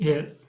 Yes